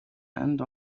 and